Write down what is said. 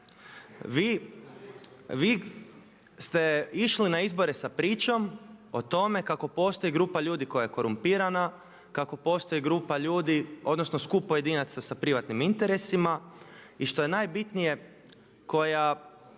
vi ste išli na izbore sa pričom o tome kako postoji grupa ljudi koja je korumpirana, kako postoji grupa ljudi odnosno skup pojedinaca sa privatnim interesima. I što je najbitnije koja